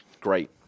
Great